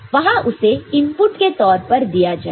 वहां उसे इनपुट के तौर पर दिया जाएगा